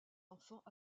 enfants